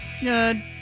Good